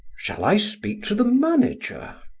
shall i speak to the manager?